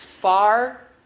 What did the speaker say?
far